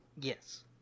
Yes